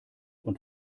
und